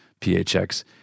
PHX